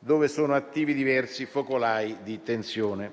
dove sono attivi diversi focolai di tensione: